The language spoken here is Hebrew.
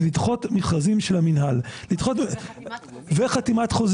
זה לדחות מכרזים של המינהל וחתימת חוזים.